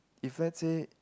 if let's say